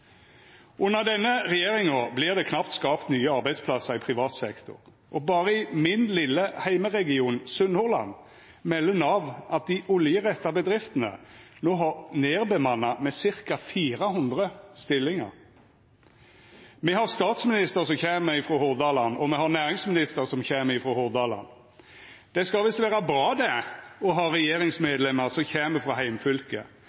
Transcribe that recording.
Under denne regjeringa vert det knapt skapt nye arbeidsplassar i privat sektor, og berre i min vesle heimeregion, Sunnhordland, melder Nav at dei oljeretta bedriftene no har nedbemanna med ca. 400 stillingar. Me har ein statsminister som kjem frå Hordaland, og me har ein næringsminister som kjem frå Hordaland. Det skal visst vera bra å ha